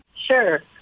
Sure